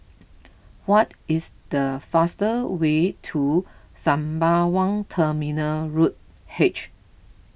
what is the fastest way to Sembawang Terminal Road H